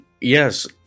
Yes